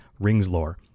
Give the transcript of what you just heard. ringslore